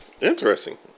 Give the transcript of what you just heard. Interesting